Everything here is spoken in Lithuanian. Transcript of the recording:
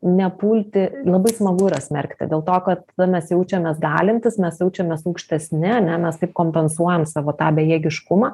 nepulti labai smagu yra smerkti dėl to kad mes jaučiamės galintys mes jaučiamės aukštesni ane mes taip kompensuojam savo tą bejėgiškumą